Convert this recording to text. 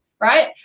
right